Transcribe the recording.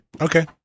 okay